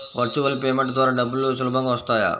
Virtual payment ద్వారా డబ్బులు సులభంగా వస్తాయా?